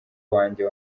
wanjye